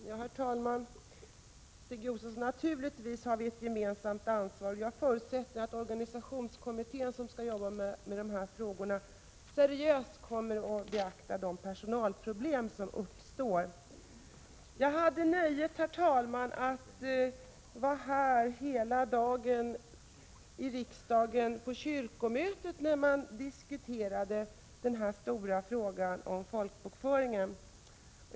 Herr talman! Naturligtvis har vi ett gemensamt ansvar, Stig Josefson. Jag förutsätter att den organisationskommitté som skall arbeta med dessa frågor seriöst kommer att beakta de personalproblem som uppstår. Jag hade nöjet, herr talman, att vara här i riksdagshuset hela den dag när kyrkomötet diskuterade den stora frågan om folkbokföringen.